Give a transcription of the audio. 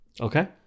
Okay